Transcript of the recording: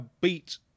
beat